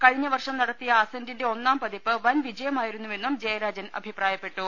കഴിഞ്ഞ വർഷം നടത്തിയ അസന്റിന്റെ ഒന്നാം പതിപ്പ് വൻവിജയമായിരുന്നു വെന്നും ജയരാജൻ അഭിപ്രായപ്പെട്ടു